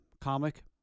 comic